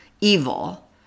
evil